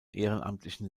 ehrenamtlichen